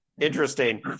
Interesting